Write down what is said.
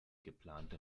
geplante